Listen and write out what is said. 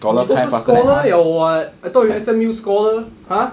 你都是 scholar 有 [what] I thought you S_M_U scholar !huh!